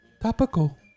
topical